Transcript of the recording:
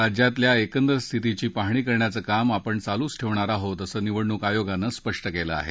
राज्यातल्या एकंदर स्थितीची पाहणी करण्याचं काम आपण चालूच ठेवणार आहोत असं निवडणूक आयोगानं स्पष्ट केलं आहे